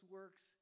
works